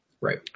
Right